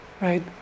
right